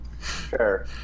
sure